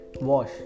Wash